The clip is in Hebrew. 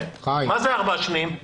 מה זה הארבעה השניים?